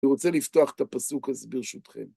אני רוצה לפתוח את הפסוק הזה ברשותכם.